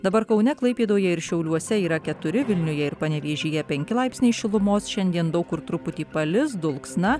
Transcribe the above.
dabar kaune klaipėdoje ir šiauliuose yra keturi vilniuje ir panevėžyje penki laipsniai šilumos šiandien daug kur truputį palis dulksna